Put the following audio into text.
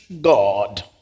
God